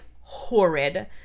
horrid